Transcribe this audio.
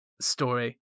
story